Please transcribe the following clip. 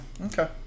Okay